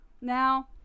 Now